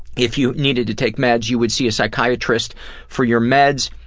if you needed to take meds you would see a psychiatrist for your meds,